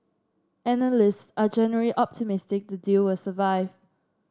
analysts are generally optimistic the deal will survive